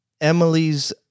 emily's